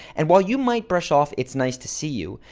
and while you might brush off it's-nice-to-see-you,